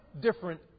different